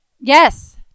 Yes